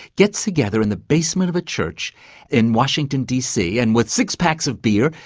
gets together in the basement of a church in washington d. c. and with six packs of beer,